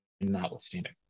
notwithstanding